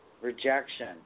rejection